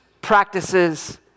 practices